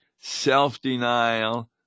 self-denial